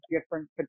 different